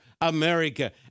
America